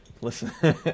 Listen